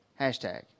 Hashtag